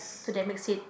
to that makes it